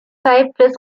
cypress